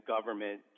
government